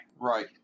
right